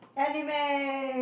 anime